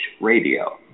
Radio